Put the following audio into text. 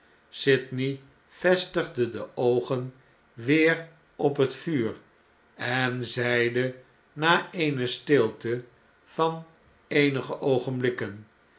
sydney vestigde de oogen weer op het vuur en zeide na eene stilte van eenige